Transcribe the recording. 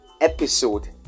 episode